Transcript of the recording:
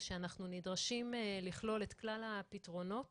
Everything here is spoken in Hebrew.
שאנחנו נדרשים לכלול את כלל הפתרונות